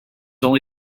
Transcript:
only